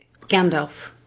Gandalf